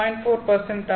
4 ஆகும்